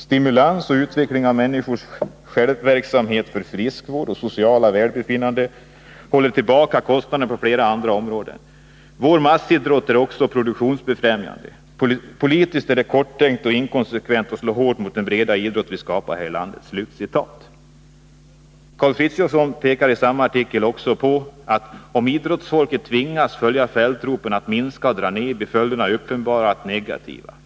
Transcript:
Stimulans och utveckling av människornas självverksamhet för friskvård och socialt välbefinnande håller tillbaka kostnaderna på flera andra områden. Vår massidrott är också produktionsfrämjande. Politiskt är det korttänkt och inkonsekvent att slå så hårt mot den breda idrott vi skapat här i landet.” Karl Frithiofson framhåller i samma artikel att om idrottsfolket ”tvingas följa fältropet att minska och dra ner, blir följderna uppenbart negativa.